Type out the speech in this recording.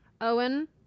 Owen